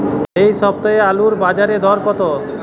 এ সপ্তাহে আলুর বাজারে দর কত?